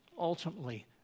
ultimately